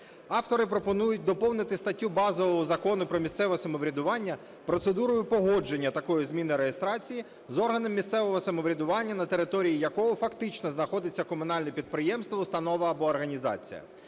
Автори пропонують доповнити статтю базового Закону про місцеве самоврядування процедурою погодження такої зміни реєстрації з органом місцевого самоврядування, на території якого фактично знаходиться комунальне підприємство, установа або організація.